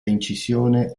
incisione